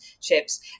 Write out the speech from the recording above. chips